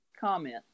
comment